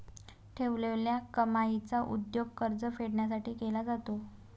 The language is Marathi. ठेवलेल्या कमाईचा उपयोग कर्ज फेडण्यासाठी केला जातो